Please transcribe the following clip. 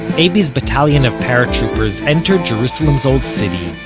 abie's battalion of paratroopers entered jerusalem's old city,